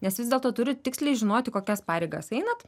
nes vis dėlto turit tiksliai žinot į kokias pareigas einat